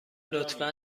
لطفا